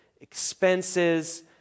expenses